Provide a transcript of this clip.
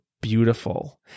beautiful